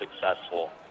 successful